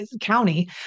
County